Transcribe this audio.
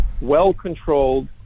well-controlled